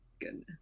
Goodness